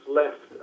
left